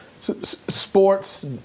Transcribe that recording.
sports